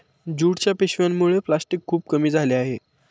ज्यूटच्या पिशव्यांमुळे प्लॅस्टिक खूप कमी झाले आहे